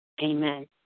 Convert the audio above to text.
Amen